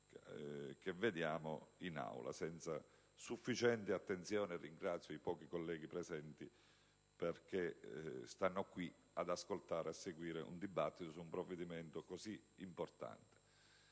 che vediamo, senza sufficiente attenzione. Anzi, ringrazio i pochi colleghi presenti, perché stanno qui ad ascoltare e a seguire la discussione su un provvedimento così importante.